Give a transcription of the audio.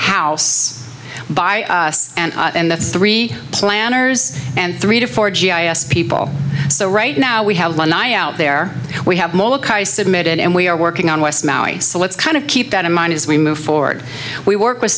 house by and that's three planners and three to four g i s people so right now we have out there we have submitted and we are working on west maui so let's kind of keep that in mind as we move forward we work with